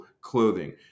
clothing